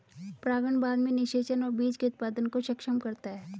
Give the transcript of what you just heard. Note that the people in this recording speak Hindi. परागण बाद में निषेचन और बीज के उत्पादन को सक्षम करता है